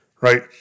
right